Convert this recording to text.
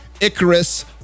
icarus